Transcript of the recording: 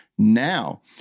now